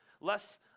less